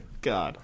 god